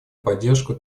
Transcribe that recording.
поддержку